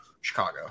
Chicago